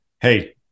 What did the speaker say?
hey